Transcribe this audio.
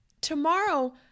Tomorrow